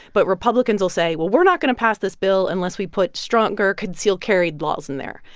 but republicans will say, well, we're not going to pass this bill unless we put stronger concealed-carry laws in there.